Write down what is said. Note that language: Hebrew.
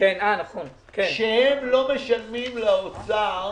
שהם לא משלמים לאוצר